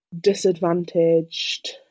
disadvantaged